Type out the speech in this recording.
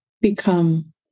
become